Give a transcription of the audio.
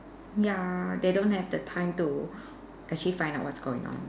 ya they don't have the time to actually find out what's going on